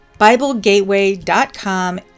biblegateway.com